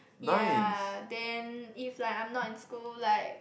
yea then if like I'm not in school like